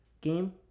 game